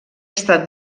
estat